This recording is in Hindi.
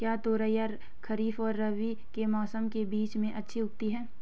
क्या तोरियां खरीफ और रबी के मौसम के बीच में अच्छी उगती हैं?